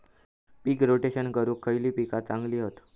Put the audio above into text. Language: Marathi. पीक रोटेशन करूक खयली पीका चांगली हत?